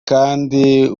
kandi